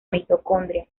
mitocondria